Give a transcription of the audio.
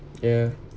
ya